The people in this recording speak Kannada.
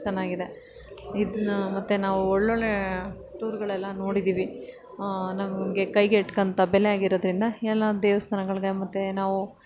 ಚೆನ್ನಾಗಿದೆ ಇದನ್ನು ಮತ್ತೆ ನಾವು ಒಳ್ಳೊಳ್ಳೆ ಟೂರ್ಗಳೆಲ್ಲ ನೋಡಿದ್ದೀವಿ ನಮಗೆ ಕೈಗೆಟ್ಕೋಂತ ಬೆಲೆ ಆಗಿರೋದರಿಂದ ಎಲ್ಲ ದೇವಸ್ಥಾನಗಳಿಗೆ ಮತ್ತೆ ನಾವು